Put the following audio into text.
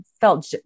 felt